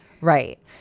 Right